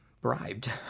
bribed